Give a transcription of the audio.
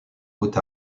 haute